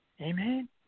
Amen